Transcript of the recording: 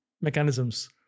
mechanisms